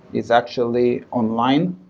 he's actually online,